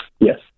Yes